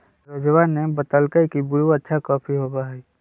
सरोजवा ने बतल कई की ब्रू अच्छा कॉफी होबा हई